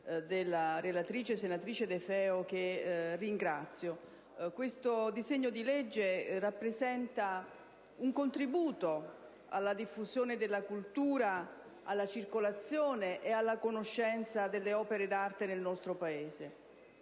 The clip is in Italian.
della relatrice, senatrice De Feo, che ringrazio. Questo disegno di legge rappresenta un contributo alla diffusione della cultura, alla circolazione ed alla conoscenza delle opere d'arte nel nostro Paese.